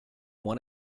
one